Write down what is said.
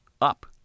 up